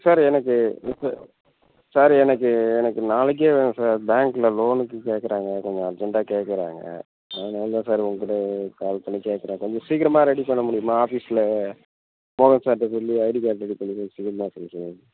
sir எனக்கு இப்போ sir எனக்கு எனக்கு நாளைக்கே வேணும் சார் பேங்க்கில் லோனுக்கு கேக்கிறாங்க கொஞ்சம் அர்ஜெண்ட்டாக கேக்கிறாங்க அதனால தான் சார் உங்ககிட்டே கால் பண்ணி கேக்கிறேன் சார் கொஞ்சம் சீக்கிரமா ரெடி பண்ண முடியுமா ஆஃபீஸில் மோகன் சார்ட்ட சொல்லி ஐடி கார்டு ரெடி பண்ணி கொடுக்க சொல்லி சீக்கிரமா கொஞ்சம்